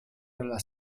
alla